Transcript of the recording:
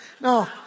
No